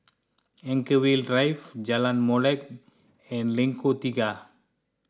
Anchorvale Drive Jalan Molek and Lengkok Tiga